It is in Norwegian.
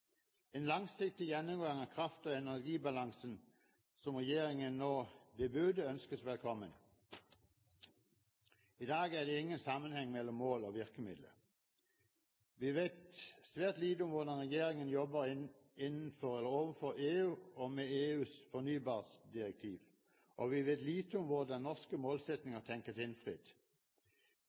En langsiktig gjennomgang av kraft- og energibalansen som regjeringen nå bebuder, ønskes velkommen. I dag er det ingen sammenheng mellom mål og virkemidler. Vi vet svært lite om hvordan regjeringen jobber overfor EU med EUs fornybardirektiv, og vi vet lite om hvordan norske målsettinger tenkes innfridd.